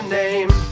name